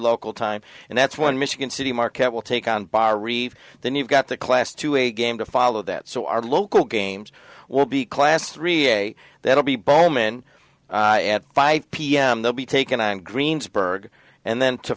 local time and that's one michigan city marquette will take on bar reef then you've got the class to a game to follow that so our local games will be class three a that will be ball men at by pm they'll be taken on greensburg and then to